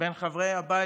בין חברי הבית